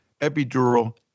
epidural